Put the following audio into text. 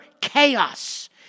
chaos